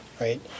right